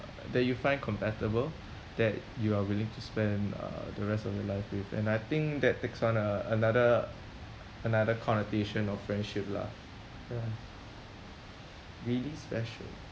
that you find compatible that you are willing to spend uh the rest of your life with and I think that takes on a another another connotation of friendship lah ya really special